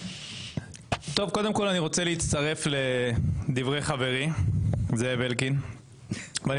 קודם כל אני רוצה להצטרף לדברי חברי זאב אלקין ואני